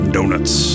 Donuts